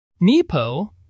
nepo